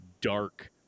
dark